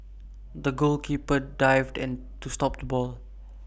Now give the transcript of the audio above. the goalkeeper dived to stop the ball